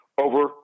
over